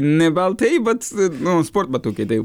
ne baltai bet nu sportbatukai taip